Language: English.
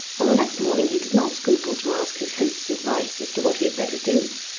on the next morning he did not scruple to ask his host's advice as to what he had better do,